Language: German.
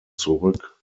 zurück